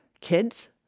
kids